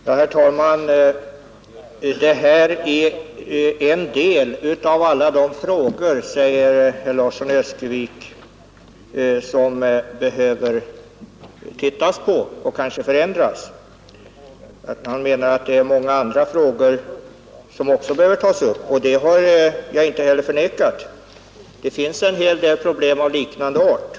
Herr talman! Det finns många jämförbara fall i socialhjälpslagen, säger herr Larsson i Öskevik, där det kan vara befogat med ändringar. Han menar att även många andra frågor borde tas upp. Det har jag inte heller förnekat. Det finns en hel del problem av liknande art.